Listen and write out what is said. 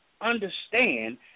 understand